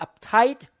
uptight